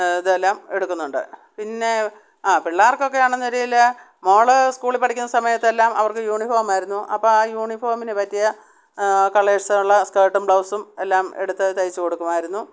ഇതെല്ലാം എടുക്കുന്നുണ്ട് പിന്നെ ആ പിള്ളേർക്ക് ഒക്കെ ആണെന്ന് വരുകിൽ മോൾ സ്കൂളിൽ പഠിക്കുന്ന സമയത്തെല്ലാം അവർക്ക് യൂണിഫോം ആയിരുന്നു അപ്പം ആ യൂണിഫോമിന് പറ്റിയ കളേഴ്സ് ഉള്ള സ്കേർട്ടും ബ്ലൗസും എല്ലാം എടുത്ത് തയ്ച്ചു കൊടുക്കുമായിരുന്നു